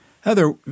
Heather